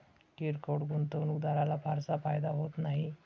किरकोळ गुंतवणूकदाराला फारसा फायदा होत नाही